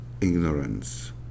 ignorance